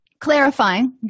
clarifying